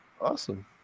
awesome